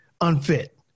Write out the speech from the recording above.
unfit